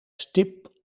stip